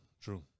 True